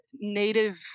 Native